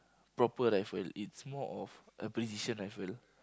proper rifle it's more of a position rifle